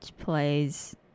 plays